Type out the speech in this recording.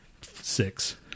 Six